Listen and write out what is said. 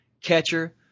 catcher